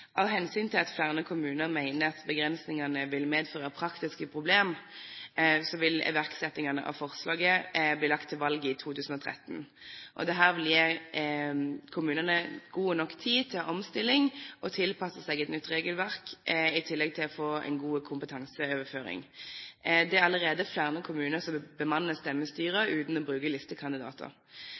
Av hensyn til at flere kommuner mener at begrensningene vil medføre praktiske problemer, vil iverksettingene av forslaget bli lagt til valget i 2013. Dette vil gi kommunene god nok tid til omstilling og til å tilpasse seg et nytt regelverk, i tillegg til å få en god kompetanseoverføring. Det er allerede flere kommuner som vil bemanne stemmestyrer uten å bruke listekandidater.